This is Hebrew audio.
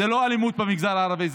זו לא אלימות במגזר הערבי,